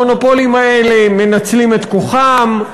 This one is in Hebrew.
המונופולים האלה מנצלים את כוחם,